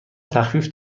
تخفیف